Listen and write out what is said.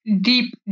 deep